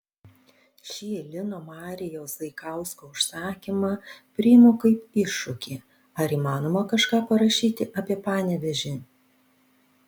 šį lino marijaus zaikausko užsakymą priimu kaip iššūkį ar įmanoma kažką parašyti apie panevėžį